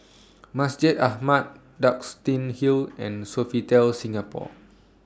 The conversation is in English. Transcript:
Masjid Ahmad Duxton Hill and Sofitel Singapore